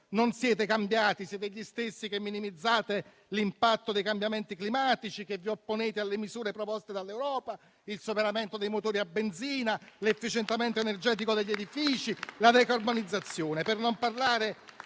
non siete cambiati: siete gli stessi che minimizzano l'impatto dei cambiamenti climatici, che si oppongono alle misure proposte dall'Europa, ossia il superamento dei motori a benzina, l'efficientamento energetico degli edifici e la decarbonizzazione.